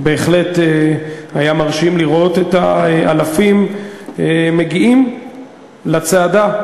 ובהחלט היה מרשים לראות את האלפים מגיעים לצעדה.